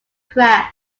crash